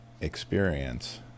experience